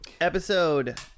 Episode